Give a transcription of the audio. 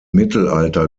mittelalter